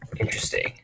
Interesting